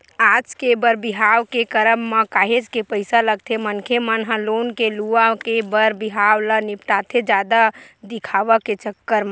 आज के बर बिहाव के करब म काहेच के पइसा लगथे मनखे मन ह लोन ले लुवा के बर बिहाव ल निपटाथे जादा दिखावा के चक्कर म